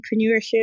entrepreneurship